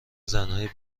زنهای